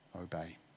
obey